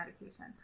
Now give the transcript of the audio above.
medication